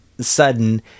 sudden